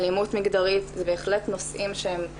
אלימות מגדרית זה בהחלט נושאים שהם עקרוניים.